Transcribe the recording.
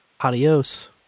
Adios